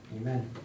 Amen